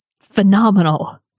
phenomenal